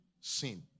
Sin